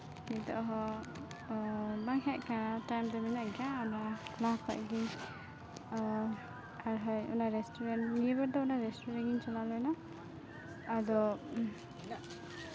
ᱱᱤᱛᱚᱜ ᱦᱚᱸ ᱵᱟᱝ ᱦᱮᱡ ᱠᱟᱱᱟ ᱴᱟᱭᱤᱢ ᱫᱚ ᱢᱮᱱᱟᱜ ᱜᱮᱭᱟ ᱟᱫᱚ ᱞᱟᱦᱟ ᱠᱷᱚᱡ ᱜᱮ ᱟᱨ ᱦᱳᱭ ᱚᱱᱟ ᱨᱮᱥᱴᱩᱨᱮᱱᱴ ᱱᱤᱭᱟᱹ ᱵᱟᱨ ᱫᱚ ᱚᱱᱟ ᱨᱮᱥᱴᱩᱨᱮᱱᱴ ᱜᱮᱧ ᱪᱟᱞᱟᱣ ᱞᱮᱱᱟ ᱟᱫᱚ